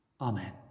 Amen